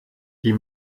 die